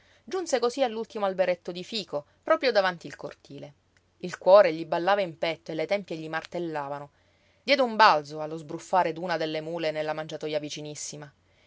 giunse cosí all'ultimo alberetto di fico proprio davanti il cortile il cuore gli ballava in petto e le tempie gli martellavano diede un balzo allo sbruffare d'una delle mule nella mangiatoja vicinissima